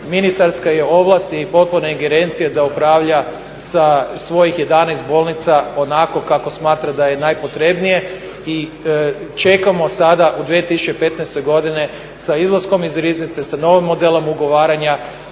ministarska je ovlast i potpuna ingerencija da upravlja sa svojih 11 bolnica onako kako smatra da je najpotrebnije. Čekamo sada u 2015. godini sa izlaskom iz Riznice, sa novim modelom ugovaranja